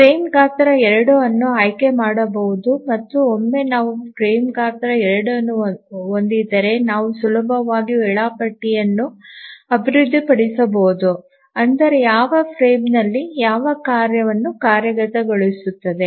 frame ಗಾತ್ರ 2 ಅನ್ನು ಆಯ್ಕೆ ಮಾಡಬಹುದು ಮತ್ತು ಒಮ್ಮೆ ನಾವು ಫ್ರೇಮ್ ಗಾತ್ರ 2 ಅನ್ನು ಹೊಂದಿದ್ದರೆ ನಾವು ಸುಲಭವಾಗಿ ವೇಳಾಪಟ್ಟಿಯನ್ನು ಅಭಿವೃದ್ಧಿಪಡಿಸಬಹುದು ಅಂದರೆ ಯಾವ ಫ್ರೇಮ್ನಲ್ಲಿ ಯಾವ ಕಾರ್ಯವನ್ನು ಕಾರ್ಯಗತಗೊಳಿಸುತ್ತದೆ